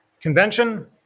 convention